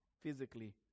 physically